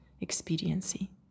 expediency